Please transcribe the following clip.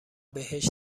بهش